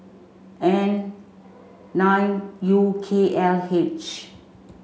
N nine U K L H